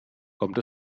kommt